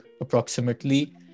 approximately